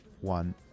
one